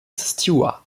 stewart